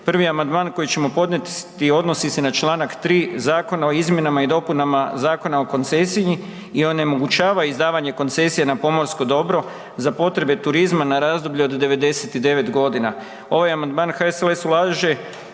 Prvi amandman koji ćemo podnijeti odnosi se na čl. 3. Zakona o izmjenama i dopunama Zakona o koncesiji i onemogućava izdavanje koncesije na pomorsko dobro za potrebe turizma na razdoblje od 99.g. Ovaj amandman HSLS ulaže